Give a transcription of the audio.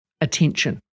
attention